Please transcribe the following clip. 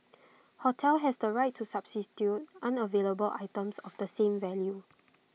hotel has the right to substitute unavailable items of the same value